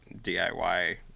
DIY